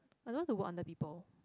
I don't want to work under people